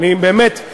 באמת,